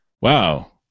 wow